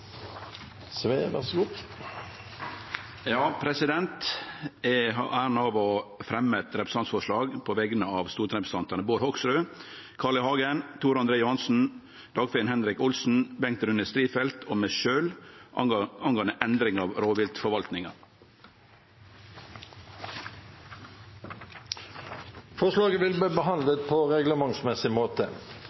Sve vil framsette et representantforslag. Eg har æra av å fremje eit representantforslag på vegner av stortingsrepresentantane Bård Hoksrud, Carl I. Hagen, Tor André Johnsen, Dagfinn Henrik Olsen, Bengt Rune Strifeldt og meg sjølv om endring av rovviltforvaltinga. Forslaget vil bli behandlet på reglementsmessig måte.